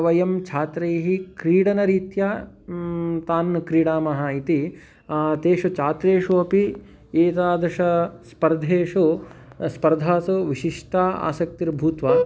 वयं छात्रैः क्रीडनरित्या तान् क्रीडामः इति तेषु छात्रेषु अपि एतादृश स्पर्धासु स्पर्धासु विशिष्टा आसक्तिर्भूत्वा